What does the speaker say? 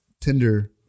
Tinder